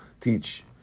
teach